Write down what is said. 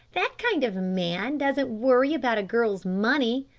that kind of man doesn't worry about a girl's money.